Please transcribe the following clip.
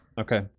Okay